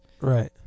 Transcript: Right